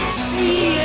see